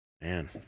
Man